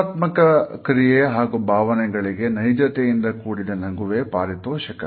ಸಕಾರಾತ್ಮಕ ಕ್ರಿಯೆ ಹಾಗೂ ಭಾವನೆಗಳಿಗೆ ನೈಜತೆಯಿಂದ ಕೂಡಿದ ನಗುವೇ ಪಾರಿತೋಷಕ